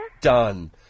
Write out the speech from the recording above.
done